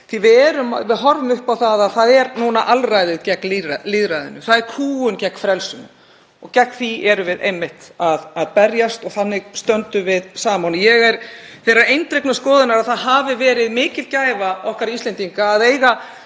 Við horfum upp á að það er núna alræðið gegn lýðræðinu, það er kúgun gegn frelsinu og gegn því erum við einmitt að berjast og þannig stöndum við saman. Ég er þeirrar eindregnu skoðunar að það hafi verið mikil gæfa okkar Íslendinga að eiga